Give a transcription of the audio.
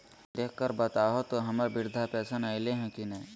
देख कर बताहो तो, हम्मर बृद्धा पेंसन आयले है की नय?